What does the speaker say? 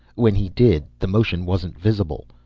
when he did, the motion wasn't visible.